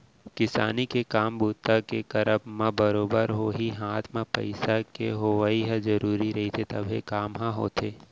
किसानी के काम बूता के करब म बरोबर होही हात म पइसा के होवइ ह जरुरी रहिथे तभे काम ह होथे